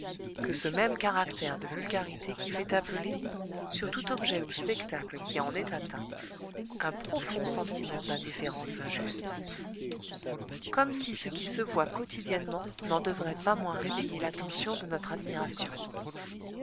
que ce même caractère de vulgarité qui fait appeler sur tout objet ou spectacle qui en est atteint un profond sentiment d'indifférence injuste comme si ce qui se voit quotidiennement n'en devrait pas moins réveiller l'attention de notre admiration